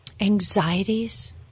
anxieties